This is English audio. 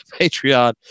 patreon